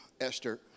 Esther